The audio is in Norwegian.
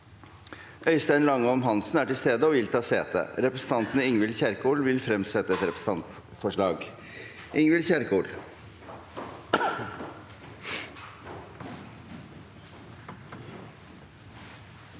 Øystein Langholm Hansen er til stede og vil ta sete. Representanten Ingvild Kjerkol vil fremsette et representantforslag.